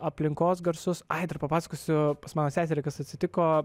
aplinkos garsus ai dar papasakosiu mano seseriai kas atsitiko